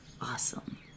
Awesome